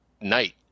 night